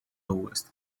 lowest